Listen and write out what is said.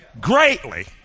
greatly